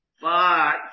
five